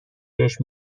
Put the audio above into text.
بهش